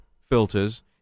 filters